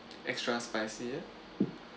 extra spicy yeah